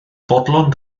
fodlon